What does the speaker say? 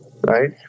right